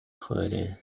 خوره